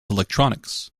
electronics